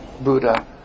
Buddha